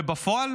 בפועל,